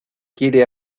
quiere